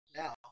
now